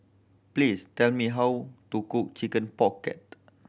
please tell me how to cook Chicken Pocket